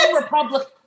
Republican